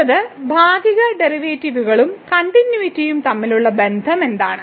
അടുത്തത് ഭാഗിക ഡെറിവേറ്റീവുകളും കണ്ടിന്യൂയിറ്റിയും തമ്മിലുള്ള ബന്ധം എന്താണ്